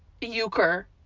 euchre